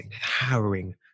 harrowing